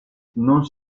non